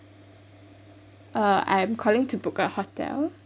uh I'm calling to book a hotel